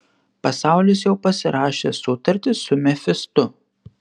pasaulis jau pasirašė sutartį su mefistu